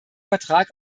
vertrag